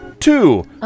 Two